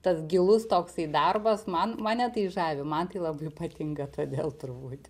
tas gilus toksai darbas man mane tai žavi man tai labai patinka todėl turbūt